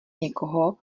někoho